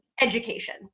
education